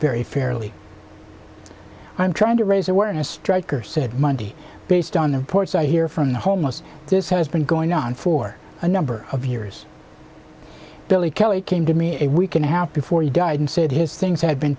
very fairly i'm trying to raise awareness stryker said monday big on the reports i hear from the homeless this has been going on for a number of years billy kelly came to me a week and a half before he died and said his things had been